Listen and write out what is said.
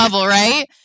right